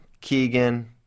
Keegan